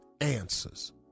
answers